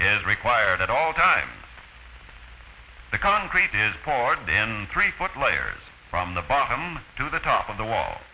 is required at all times the concrete is poured and then three foot layers from the bottom to the top of the wall